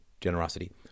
generosity